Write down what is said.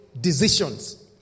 decisions